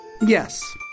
Yes